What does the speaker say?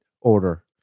order